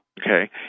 Okay